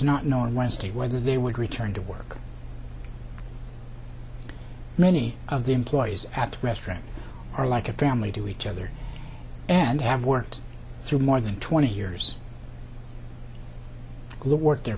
not known wednesday whether they would return to work many of the employees at the restaurant are like a family to each other and have worked through more than twenty years good work there